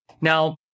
Now